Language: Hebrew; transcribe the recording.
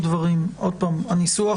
הודעה לנפגעת,